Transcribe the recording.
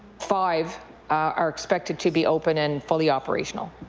five are expected to be open and fully operational?